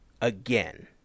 again